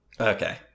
Okay